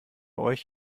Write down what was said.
euch